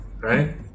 right